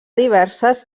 diverses